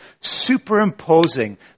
superimposing